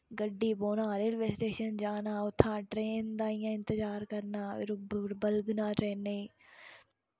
गड्डी बौह्ना railway station जाना उत्थै ट्रेन दा इ'यां इंतजार करना बलगना ट्रेनें